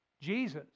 Jesus